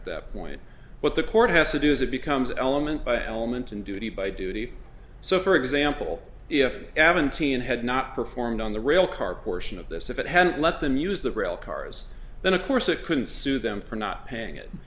at that point what the court has to do is it becomes an element by element in duty by duty so for example if evan teen had not performed on the rail car portion of this if it hadn't let them use the rail cars then of course it couldn't sue them for not paying it